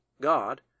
God